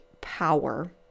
power